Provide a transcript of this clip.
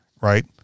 right